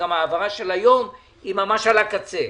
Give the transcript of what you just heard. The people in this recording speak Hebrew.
גם ההעברה של היום היא ממש על הקצה.